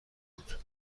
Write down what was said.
بود